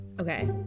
Okay